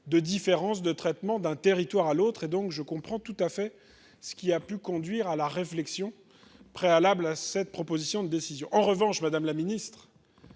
de différence de traitement d'un territoire à l'autre et donc je comprends tout à fait, ce qui a pu conduire à la réflexion préalable à cette proposition de décision, en revanche, madame la ministre.